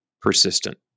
persistent